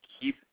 keep